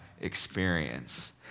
experience